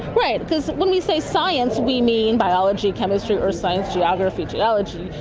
right, because when we say science we mean biology, chemistry, earth science, geography, geology,